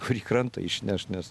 kurį krantą išneš nes